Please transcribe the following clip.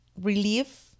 relief